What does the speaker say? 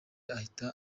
ahita